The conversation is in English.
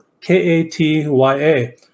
K-A-T-Y-A